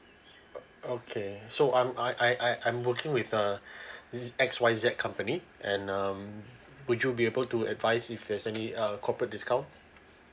okay so I'm I I I I'm working with uh X Y Z company and um would you be able to advise if there's only uh corporate discount